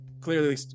clearly